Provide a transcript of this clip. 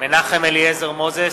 מנחם אליעזר מוזס,